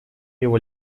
его